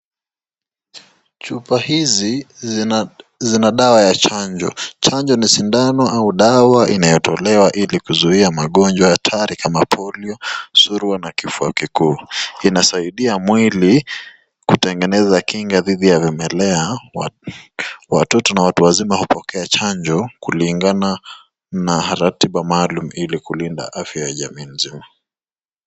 Chupa hizi zina dawa ya chanjo. Chanjo ni sindano au dawa inayotolewa ili kuzuia magonjwa hatari kama polio, surua na kifua kikuu. Inasaidia mwili kutengeneza kinga dhidi ya vimelea. Watoto na watu wazima hupokea chanjo kulingana na ratiba maalum ili kulinda afya ya jamii nzima.